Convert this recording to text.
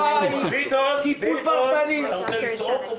טיפול פרטני --- ביטון, אתה רוצה לצעוק?